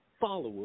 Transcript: followers